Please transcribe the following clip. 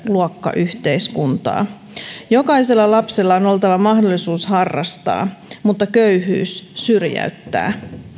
luokkayhteiskuntaa jokaisella lapsella on oltava mahdollisuus harrastaa mutta köyhyys syrjäyttää